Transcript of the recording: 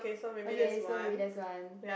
okay so maybe that's one